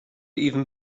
even